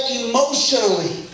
emotionally